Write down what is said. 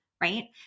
right